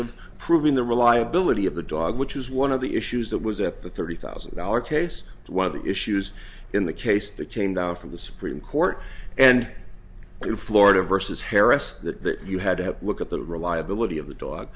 of proving the reliability of the dog which is one of the issues that was at the thirty thousand dollars case one of the issues in the case that came down from the supreme court and in florida versus harris that you had to look at the reliability of the dog